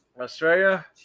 Australia